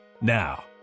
Now